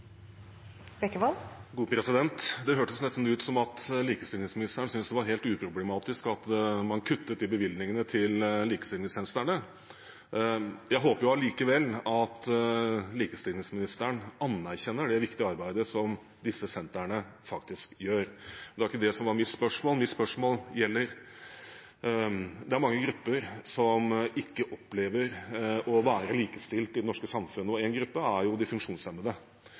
Det hørtes nesten ut som om likestillingsministeren syntes det var helt uproblematisk at man kuttet i bevilgningene til likestillingssentrene. Jeg håper allikevel at likestillingsministeren anerkjenner det viktige arbeidet som disse sentrene faktisk gjør. Men det var ikke det som var mitt spørsmål. Mitt spørsmål gjelder at det er mange grupper som ikke opplever å være likestilt i det norske samfunnet. Én gruppe er de funksjonshemmede.